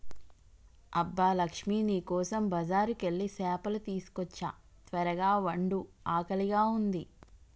అబ్బ లక్ష్మీ నీ కోసం బజారుకెళ్ళి సేపలు తీసుకోచ్చా త్వరగ వండు ఆకలిగా ఉంది